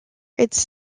its